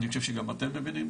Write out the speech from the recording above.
אני חושב שגם אתם מבינים,